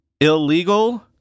Illegal